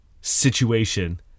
situation